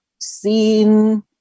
seen